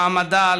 למעמדה,